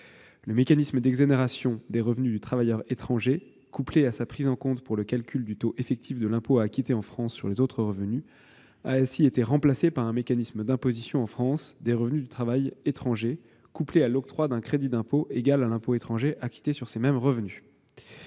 Le mécanisme d'exonération des revenus du travail étranger couplé à sa prise en compte pour le calcul du taux effectif de l'impôt à acquitter en France sur les autres revenus a ainsi été remplacé par un mécanisme d'imposition en France des revenus du travail étranger couplé à l'octroi d'un crédit d'impôt égal à l'impôt étranger acquitté sur ces mêmes revenus.